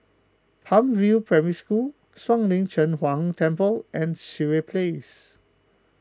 Palm View Primary School Shuang Lin Cheng Huang Temple and Sireh Place